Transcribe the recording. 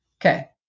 Okay